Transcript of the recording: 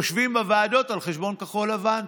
יושבים בוועדות על חשבון כחול לבן,